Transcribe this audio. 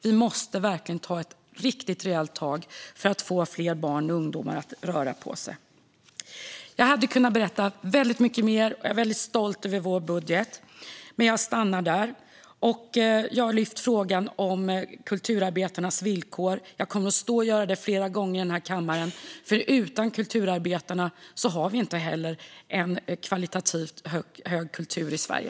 Vi måste verkligen ta ett riktigt rejält tag för att få fler barn och ungdomar att röra på sig. Jag hade kunnat berätta mycket mer. Jag är väldigt stolt över vår budget, men jag stannar här. Jag har tagit upp frågan om kulturarbetarnas villkor, och jag kommer att göra det fler gånger i denna kammare. Utan kulturarbetarna har vi inte en högkvalitativ kultur i Sverige.